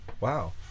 wow